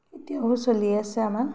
এতিয়াও চলি আছে আমাৰ